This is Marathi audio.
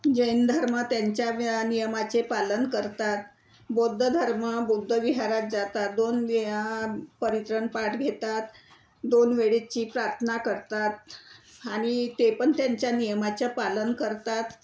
जैन धर्म त्यांच्या नियमाचे पालन करतात बौद्ध धर्म बुद्ध विहारात जातात दोन दि परित्रण पाठ घेतात दोन वेळेची प्रार्थना करतात आणि ते पण त्यांच्या नियमाचं पालन करतात